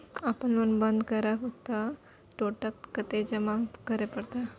अपन लोन बंद करब त टोटल कत्ते जमा करे परत?